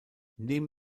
neben